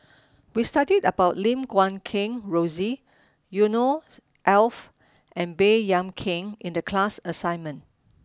we studied about Lim Guat Kheng Rosie Yusnor Ef and Baey Yam Keng in the class assignment